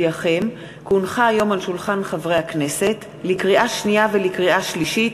החמישים-ושש של הכנסת התשע-עשרה יום שלישי,